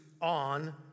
on